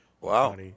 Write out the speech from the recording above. Wow